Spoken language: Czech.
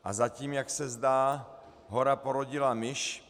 A zatím, jak se zdá, hora porodila myš.